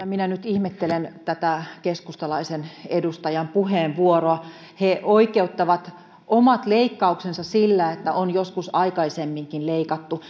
minä nyt ihmettelen tätä keskustalaisen edustajan puheenvuoroa he oikeuttavat omat leikkauksensa sillä että on joskus aikaisemminkin leikattu